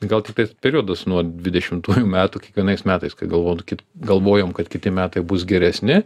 gal tiktais periodas nuo dvidešimtųjų metų kiekvienais metais kai galvotų kit galvojom kad kiti metai bus geresni